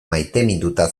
maiteminduta